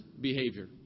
behavior